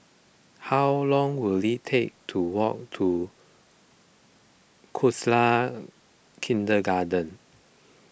how long will it take to walk to Khalsa Kindergarten